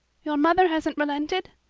your mother hasn't relented?